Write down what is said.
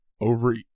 over